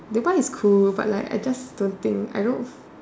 because it's cool but like I just don't think I don't